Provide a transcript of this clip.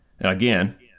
Again